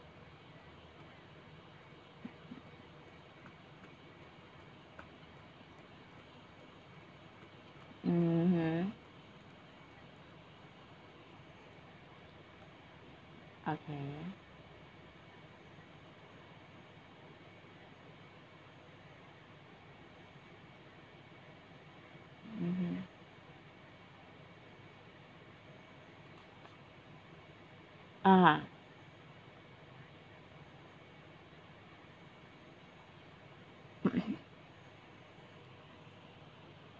mmhmm okay mmhmm (uh huh)